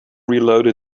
reloaded